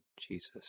Jesus